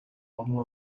one